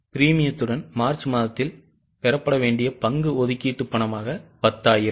20000 பிரீமியத்துடன் மார்ச் மாதத்தில் பெறப்பட வேண்டிய பங்கு ஒதுக்கீட்டு பணமாக 10000